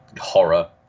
horror